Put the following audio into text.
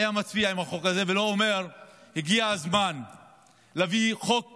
היה מצביע בעד החוק הזה ולא אומר: הגיע הזמן להביא חוק כללי,